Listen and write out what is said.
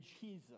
Jesus